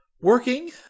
Working